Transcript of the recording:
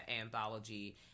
anthology